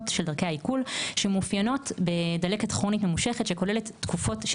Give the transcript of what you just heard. של דרכי העיכול שמאופיינות בדלקת כרונית ממושכת שכוללת תקופות של